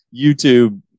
youtube